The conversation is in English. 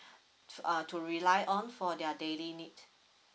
err to rely on for their daily need